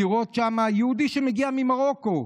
לראות שם יהודי שמגיע ממרוקו,